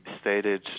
stated